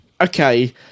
okay